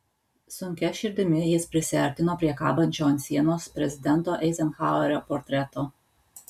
sunkia širdimi jis prisiartino prie kabančio ant sienos prezidento eizenhauerio portreto